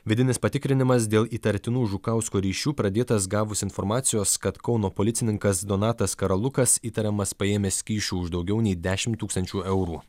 vidinis patikrinimas dėl įtartinų žukauskų ryšių pradėtas gavus informacijos kad kauno policininkas donatas karalukas įtariamas paėmęs kyšių už daugiau nei dešimt tūkstančių eurų